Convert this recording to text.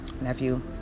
nephew